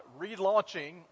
relaunching